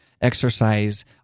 Exercise